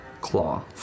claw